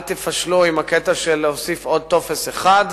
אל תפשלו עם הקטע של הוספת עוד טופס אחד.